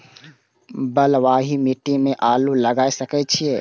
बलवाही मिट्टी में आलू लागय सके छीये?